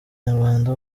nyarwanda